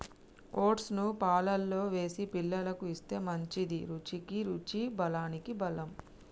oats ను పాలల్లో వేసి పిల్లలకు ఇస్తే మంచిది, రుచికి రుచి బలానికి బలం